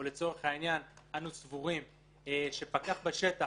או שלצורך העניין אנו סבורים שפקח בשטח